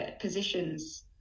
positions